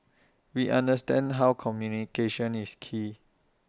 we understand how communication is key